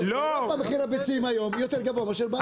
באירופה מחיר הביצים היום יותר גבוה מאשר בארץ.